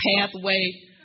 pathway